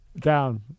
Down